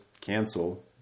cancel